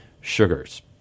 sugars